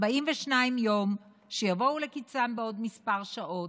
42 יום שיבואו לקיצם בעוד כמה שעות.